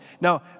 Now